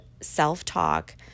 self-talk